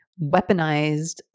weaponized